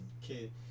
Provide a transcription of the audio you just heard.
kid